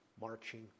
marching